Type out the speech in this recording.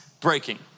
breaking